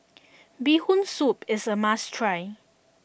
Bee Hoon Soup is a must try